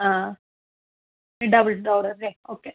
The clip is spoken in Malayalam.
ആ ഡബിൾ ഡോറല്ലേ ഓക്കേ